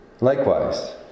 Likewise